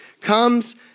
comes